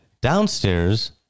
downstairs